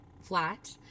flat